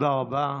תודה רבה.